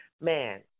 Man